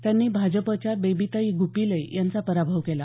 त्यांनी भाजपच्या बेबीताई ग्रपिले यांचा पराभव केला